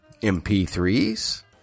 MP3s